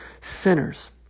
sinners